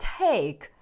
take